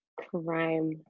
crime